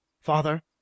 Father